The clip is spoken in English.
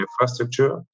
infrastructure